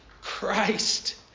Christ